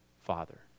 father